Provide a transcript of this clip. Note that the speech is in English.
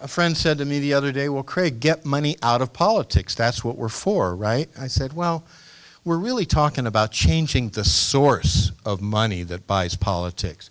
a friend said to me the other day will craig get money out of politics that's what we're for right i said well we're really talking about changing the source of money that buys politics